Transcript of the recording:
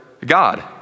God